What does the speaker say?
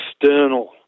external